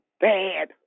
bad